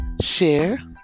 Share